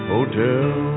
Hotel